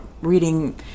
reading